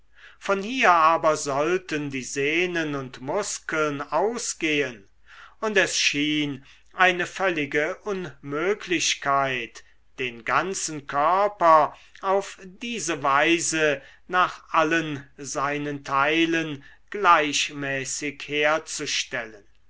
von hier aber sollten die sehnen und muskeln ausgehen und es schien eine völlige unmöglichkeit den ganzen körper auf diese weise nach allen seinen teilen gleichmäßig herzustellen